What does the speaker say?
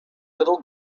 little